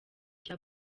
cya